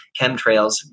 chemtrails